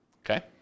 Okay